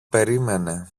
περίμενε